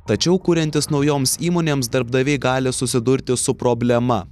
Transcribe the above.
tačiau kuriantis naujoms įmonėms darbdaviai gali susidurti su problema